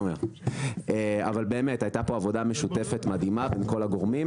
הייתה עבודה משותפת ומדהימה עם כל הגורמים.